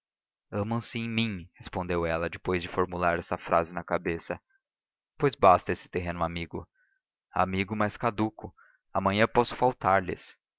amam se em mim respondeu ela depois de formular essa frase na cabeça pois basta esse terreno amigo amigo mas caduco amanhã posso faltar lhes